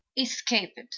Escaped